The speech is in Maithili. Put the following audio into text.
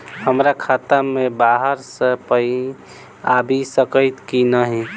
हमरा खाता मे बाहर सऽ पाई आबि सकइय की नहि?